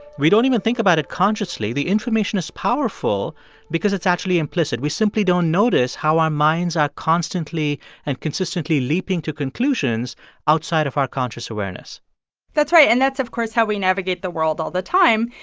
we don't even think about it consciously. the information is powerful because it's actually implicit. we simply don't notice how our minds are constantly and consistently leaping to conclusions outside of our conscious awareness that's right. and that's, of course, how we navigate the world all the time.